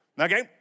Okay